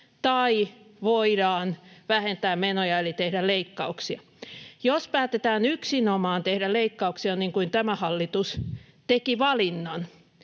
tai voidaan vähentää menoja eli tehdä leikkauksia. Jos päätetään yksinomaan tehdä leikkauksia, niin kuin tämä hallitus teki valinnan,